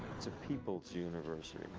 it's a people's university.